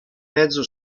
mezzo